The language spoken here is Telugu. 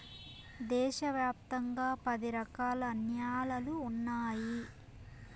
దేశ వ్యాప్తంగా పది రకాల న్యాలలు ఉన్నాయి